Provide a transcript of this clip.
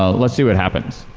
ah let's see what happens.